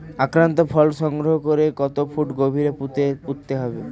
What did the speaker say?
আক্রান্ত ফল সংগ্রহ করে কত ফুট গভীরে পুঁততে হবে?